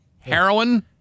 Heroin